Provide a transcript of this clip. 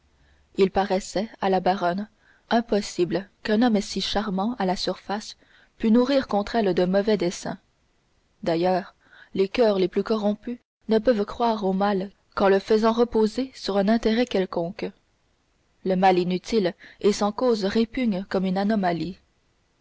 il paraissait à la baronne impossible qu'un homme si charmant à la surface pût nourrir contre elle de mauvais desseins d'ailleurs les coeurs les plus corrompus ne peuvent croire au mal qu'en le faisant reposer sur un intérêt quelconque le mal inutile et sans cause répugne comme une anomalie